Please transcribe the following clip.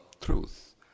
truth